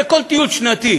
הרי כל טיול שנתי